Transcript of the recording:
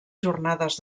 jornades